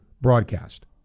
broadcast